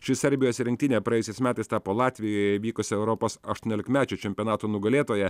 ši serbijos rinktinė praėjusiais metais tapo latvijoje vykusio europos aštuoniolikmečių čempionato nugalėtoja